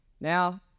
Now